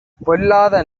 பொல்லாத